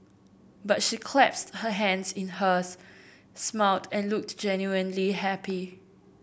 but she clasped her hands in hers smiled and looked genuinely happy